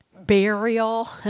Burial